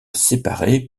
séparées